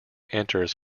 enters